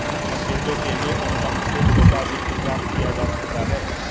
मतभेदों के लिए अनुबंध से छोटा वित्त प्राप्त किया जा सकता है